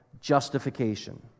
justification